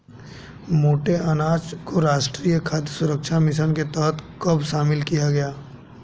मोटे अनाज को राष्ट्रीय खाद्य सुरक्षा मिशन के तहत कब शामिल किया गया?